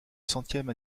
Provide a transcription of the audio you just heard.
centième